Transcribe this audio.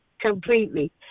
completely